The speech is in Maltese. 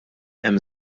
hemm